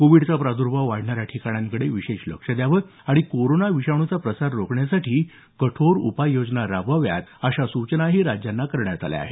कोविडचा प्रादु्भाव वाढणाऱ्या ठिकाणांकडे विशेष लक्ष द्यावं आणि कोरोना विषाणूचा प्रसार रोखण्यासाठी कठोर उपाययोजना राबवाव्यात अशी सूचनाही राज्यांना करण्यात आली आहे